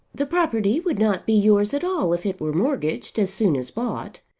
the property would not be yours at all if it were mortgaged, as soon as bought.